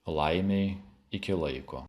laimei iki laiko